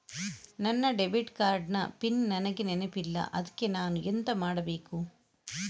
ನನ್ನ debit card ನ PIN ನನಗೆ ನೆನಪಿಲ್ಲ ಅದ್ಕೆ ನಾನು ಎಂತ ಮಾಡಬೇಕು?